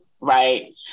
right